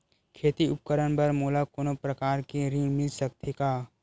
खेती उपकरण बर मोला कोनो प्रकार के ऋण मिल सकथे का?